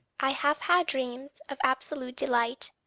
i have had dreams of absolute delight,